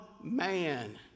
man